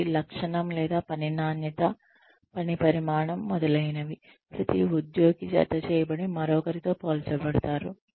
ప్రతి లక్షణం లేదా పని నాణ్యత పని పరిమాణం మొదలైనవి ప్రతి ఉద్యోగి జతచేయబడి మరొకరితో పోల్చబడతారు